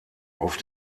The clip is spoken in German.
auf